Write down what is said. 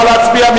נא להצביע.